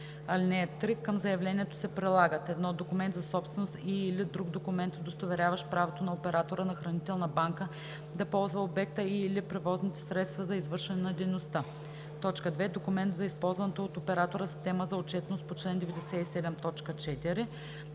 (3) Към заявлението се прилагат: 1. документ за собственост и/или друг документ, удостоверяващ правото на оператора на хранителна банка да ползва обекта и/или превозните средства за извършване на дейността; 2. документ за използваната от оператора система за отчетност по чл. 97,